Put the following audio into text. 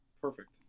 perfect